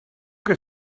que